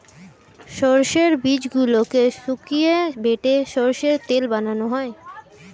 সর্ষের বীজগুলোকে শুকিয়ে বেটে সর্ষের তেল বানানো হয়